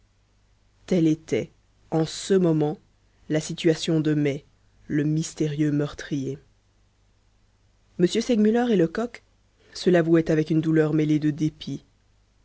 telle était en ce moment la situation de mai le mystérieux meurtrier m segmuller et lecoq se l'avouaient avec une douleur mêlée de dépit